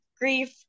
grief